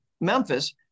memphis